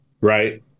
Right